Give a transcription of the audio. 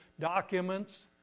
documents